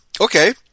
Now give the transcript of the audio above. okay